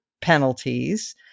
penalties